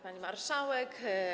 Pani Marszałek!